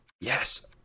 Yes